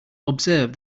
observe